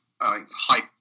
hype